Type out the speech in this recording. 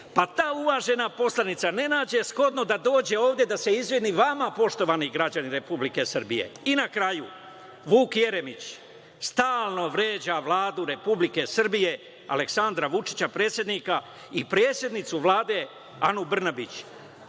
Ta uvažena poslanica ne nađe shodno da dođe ovde da se izvini vama, poštovani građani Republike Srbije. Na kraju, Vuk Jeremić stalno vređa Vladu Republike Srbije, Aleksandra Vučića, predsednika i predsednicu Vlade, Anu Brnabić.